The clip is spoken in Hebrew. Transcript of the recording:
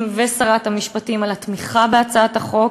ולשרת המשפטים על התמיכה בהצעת החוק,